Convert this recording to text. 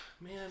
man